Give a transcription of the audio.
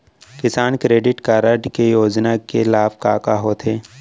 किसान credit card योजना के लाभ का का होथे?